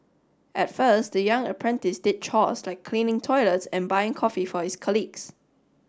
at first the young apprentice did chores like cleaning toilets and buying coffee for his colleagues